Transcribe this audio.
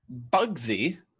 Bugsy